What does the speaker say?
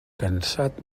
cansat